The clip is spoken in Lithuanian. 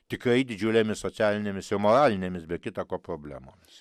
tikrai didžiulėmis socialinėmis ir moralinėmis be kita ko problemomis